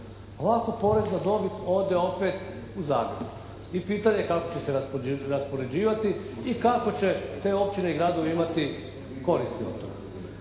Ovako porez na dobit ode opet u Zagreb i pitanje kako će se raspoređivati i kako će te općine i gradovi imati koristi od toga.